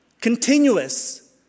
continuous